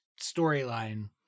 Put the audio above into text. storyline